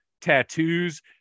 tattoos